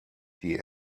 die